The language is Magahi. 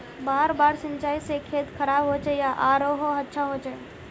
बार बार सिंचाई से खेत खराब होचे या आरोहो अच्छा होचए?